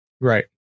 right